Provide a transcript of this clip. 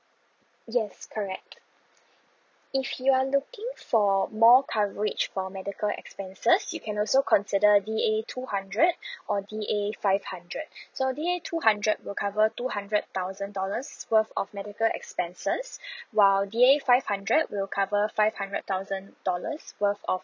yes correct if you are looking for more coverage for medical expenses you can also consider D A two hundred or D A five hundred so D A two hundred will cover two hundred thousand dollars worth of medical expenses while D A five hundred will cover five hundred thousand dollars worth of